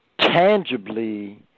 tangibly